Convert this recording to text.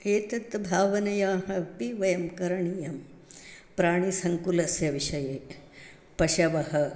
एतसद्याः भावनयाः अपि वयं करणीयं प्राणीसङ्कुलस्य विषये पशवः